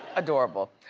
adorable.